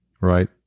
right